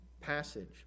passage